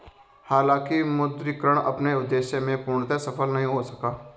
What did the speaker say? हालांकि विमुद्रीकरण अपने उद्देश्य में पूर्णतः सफल नहीं हो सका